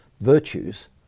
virtues